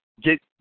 get